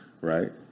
right